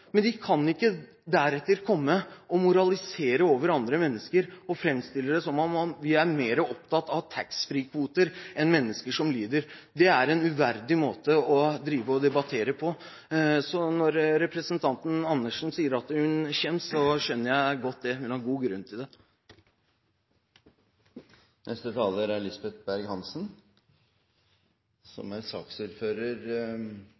Men de kan ikke deretter komme og moralisere over andre mennesker og framstille det som om vi er mer opptatt av taxfree-kvoter enn av mennesker som lider. Det er en uverdig måte å debattere på. Så når representanten Andersen sier at hun skjems, så skjønner jeg godt det. Hun har god grunn til det. Representanten Lisbeth Berg-Hansen er